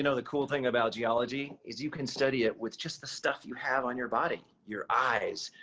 you know the cool thing about geology is you can study it with just the stuff you have on your body, your eyes,